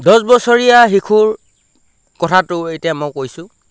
দহ বছৰীয়া শিশুৰ কথাটো এতিয়া মই কৈছোঁ